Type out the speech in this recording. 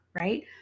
Right